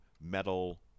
metal